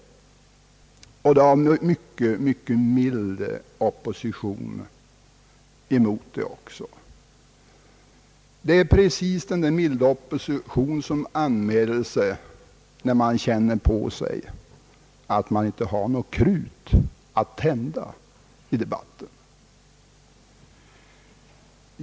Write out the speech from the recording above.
Oppositionen mot detta har också varit mycket mild. Det är just den där milda oppositionen som hör av sig när man känner på sig att man inte har något krut att tända debatten med.